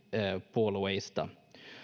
puolueista